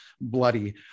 bloody